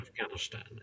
Afghanistan